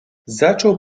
zaczął